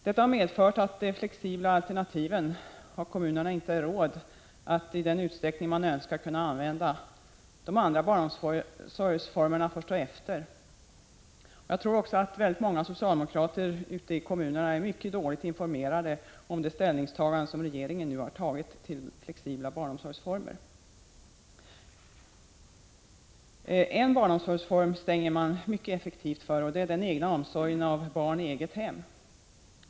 Detta har medfört att kommunerna inte har råd att använda de flexibla alternativen iden utsträckning man önskar. De andra barnomsorgsformerna får stå efter. Jag tror också att många socialdemokrater ute i kommunerna är mycket dåligt informerade om den ställning som regeringen nu har tagit till flexibla barnomsorgsformer. En barnomsorgsform som man stänger mycket effektivt för är den egna omsorgen av barn i eget hem.